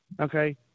Okay